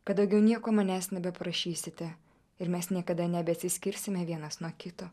kad daugiau nieko manęs nebeprašysite ir mes niekada nebesiskirsime vienas nuo kito